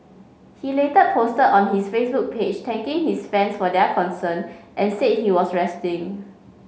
he later posted on his Facebook page thanking his fans for their concern and said he was resting